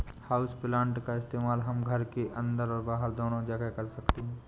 houseplant का इस्तेमाल हम घर के अंदर और बाहर दोनों जगह कर सकते हैं